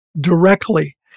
directly